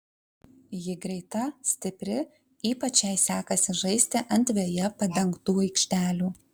ji greita stipri ypač jai sekasi žaisti ant veja padengtų aikštelių